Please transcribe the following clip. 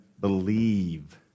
believe